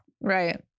Right